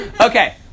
okay